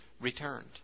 returned